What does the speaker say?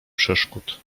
przeszkód